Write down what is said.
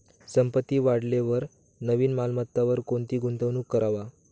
संपत्ती वाढेलवर नवीन मालमत्तावर कोणती गुंतवणूक करवा